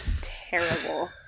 terrible